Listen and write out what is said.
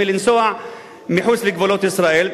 לנסוע מחוץ לגבולות ישראל.